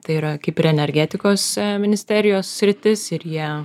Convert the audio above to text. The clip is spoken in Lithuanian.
tai yra kaip ir energetikos ministerijos sritis ir jie